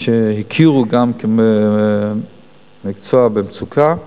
שגם יכירו במקצוע כמקצוע במצוקה.